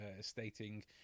stating